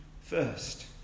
first